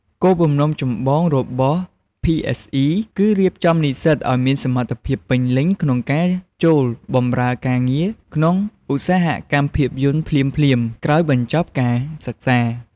គោលបំណងចម្បងរបស់ PSE គឺរៀបចំនិស្សិតឱ្យមានសមត្ថភាពពេញលេញក្នុងការចូលបម្រើការងារក្នុងឧស្សាហកម្មភាពយន្តភ្លាមៗក្រោយបញ្ចប់ការសិក្សា។